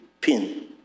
pin